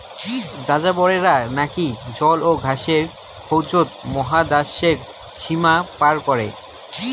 যাযাবরেরা নাকি জল ও ঘাসের খোঁজত মহাদ্যাশের সীমা পার করে